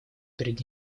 перед